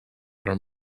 are